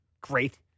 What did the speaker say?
great